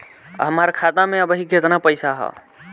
हमार खाता मे अबही केतना पैसा ह?